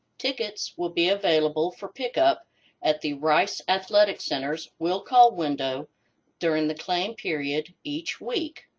tickets will be available for pick up at the rice athletic center's will call window during the claim period each week.